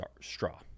straw